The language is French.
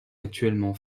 actuellement